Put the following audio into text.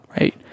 right